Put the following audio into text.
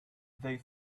they